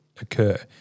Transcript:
occur